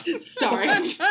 sorry